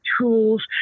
tools